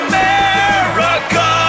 America